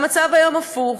המצב היום הפוך,